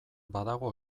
badago